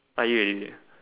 I eat already